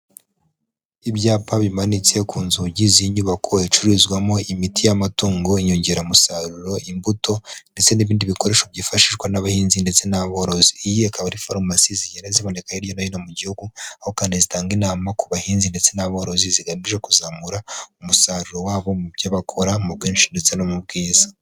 Ibyapa bimanitse ku nzugi z'inyubako icururizwamo imiti y'amatungo, inyongeramusaruro, imbuto ndetse n'ibindi bikoresho byifashishwa n'abahinzi ndetse n'aborozi. Iyi akaba ari farumasi zigenda ziboneka hirya no hino mu gihugu aho kandi zitanga inama ku bahinzi ndetse n'aborozi zigamije kuzamura umusaruro wabo mu byo bakora mu bwinshi ndetse no mu bwiza.